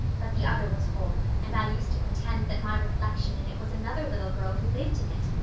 but the other was whole and i used to pretend that my reflection in it was another little girl who lived in it.